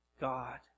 God